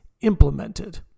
implemented